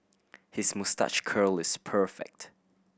his moustache curl is perfect